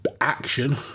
action